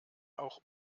auch